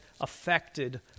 affected